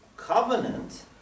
covenant